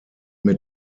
mit